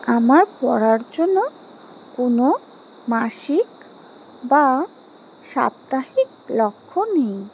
আমার পড়ার জন্য কোনো মাসিক বা সাপ্তাহিক লক্ষ্য নেই